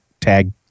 tag